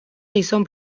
gizon